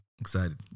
excited